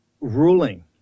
ruling